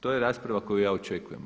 To je rasprava koju ja očekuje.